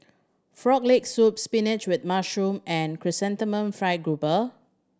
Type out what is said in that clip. Frog Leg Soup spinach with mushroom and Chrysanthemum Fried Garoupa